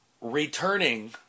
returning